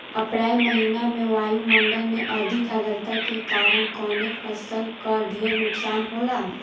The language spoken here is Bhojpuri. अप्रैल महिना में वायु मंडल में अधिक आद्रता के कारण कवने फसल क ढेर नुकसान होला?